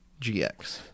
GX